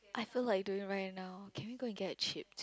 I feel like doing right now can we go and get a chip